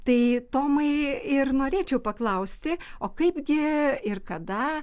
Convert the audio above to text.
tai tomai ir norėčiau paklausti o kaipgi ir kada